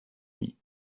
nuit